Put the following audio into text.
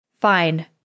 Fine